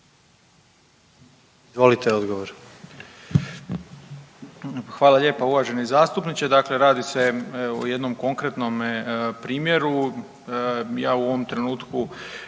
Ivan (HDZ)** Hvala lijepa uvaženi zastupniče. Dakle radi se evo o jednom konkretnome primjeru, ja u ovom trenutku